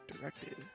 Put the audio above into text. Directed